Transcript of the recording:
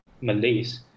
Malays